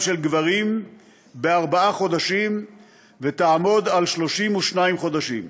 של גברים בארבעה חודשים ותעמוד על 32 חודשים.